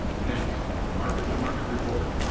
next, the market to market report.